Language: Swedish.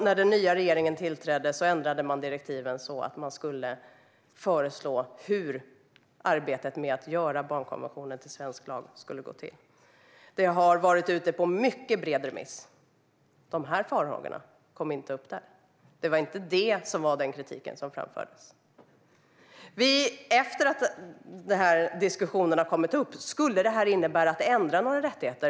När den nya regeringen tillträdde ändrades direktiven så att utredningen skulle föreslå hur arbetet med att göra barnkonventionen till svensk lag skulle gå till. Förslaget har varit ute på bred remiss, och denna farhåga kom inte fram då. Det var inte denna kritik som framfördes. Efter att denna diskussion kom upp har vi undersökt om detta kommer att ändra några rättigheter.